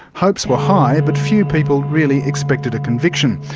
hopes were high but few people really expected a conviction.